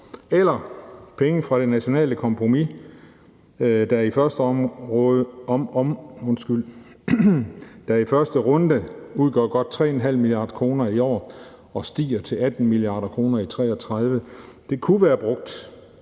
Pengene fra det nationale kompromis, der i første runde udgør godt 3,5 mia. kr. i år og stiger til 18 mia. kr. i 2033, kunne være brugt,